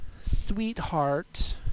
sweetheart